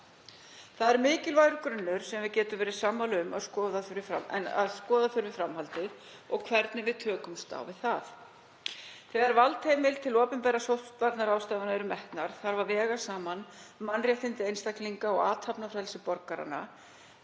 Það er mikilvægur grunnur sem við getum verið sammála um að skoða þurfi í framhaldi og hvernig við tökumst á við það. Þegar valdheimildir til opinberra sóttvarnaráðstafana eru metnar þarf að vega saman mannréttindi einstaklinga og athafnafrelsi borgara